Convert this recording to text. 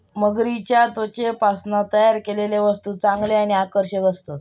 मगरीच्या त्वचेपासना तयार केलेले वस्तु चांगले आणि आकर्षक असतत